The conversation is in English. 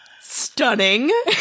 stunning